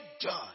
done